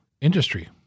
industry